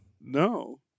No